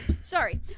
sorry